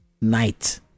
night